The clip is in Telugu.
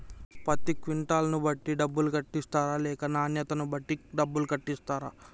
పత్తి క్వింటాల్ ను బట్టి డబ్బులు కట్టిస్తరా లేక నాణ్యతను బట్టి డబ్బులు కట్టిస్తారా?